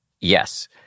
Yes